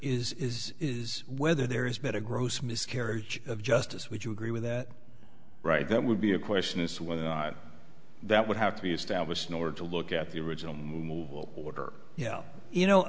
is is is whether there is better gross miscarriage of justice would you agree with that right that would be a question is whether that would have to be established in order to look at the original order yeah you know